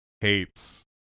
hates